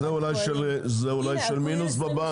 אפריל 23'. זה אולי של מינוס בבנק.